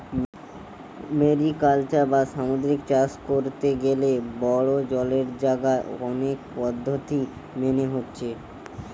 mariculture বা সামুদ্রিক চাষ কোরতে গ্যালে বড়ো জলের জাগায় অনেক পদ্ধোতি মেনে হচ্ছে